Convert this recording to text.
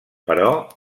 però